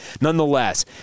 nonetheless